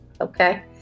Okay